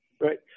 Right